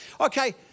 okay